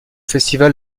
festival